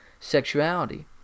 sexuality